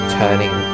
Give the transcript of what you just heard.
turning